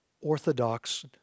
orthodox